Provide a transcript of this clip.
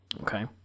okay